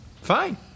Fine